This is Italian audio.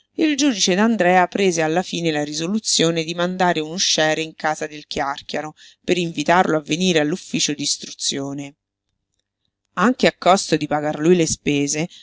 il giudice d'andrea prese alla fine la risoluzione di mandare un usciere in casa del chiàrchiaro per invitarlo a venire all'ufficio d'istruzione anche a costo di pagar lui le spese